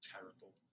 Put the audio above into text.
terrible